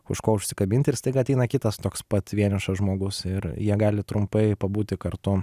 už ko užsikabinti ir staiga ateina kitas toks pat vienišas žmogus ir jie gali trumpai pabūti kartu